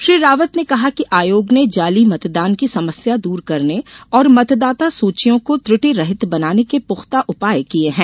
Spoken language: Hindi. श्री रावत ने कहा कि आयोग ने जाली मतदान की समस्या दूर करने और मतदाता सूचियों को त्रटि रहित बनाने के पुख्ता उपाय किए हैं